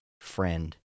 friend